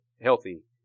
healthy